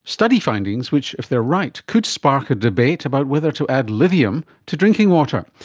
study findings which, if they are right, could spark a debate about whether to add lithium to drinking water.